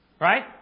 Right